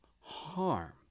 harm